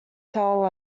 tel